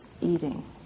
eating